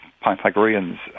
Pythagoreans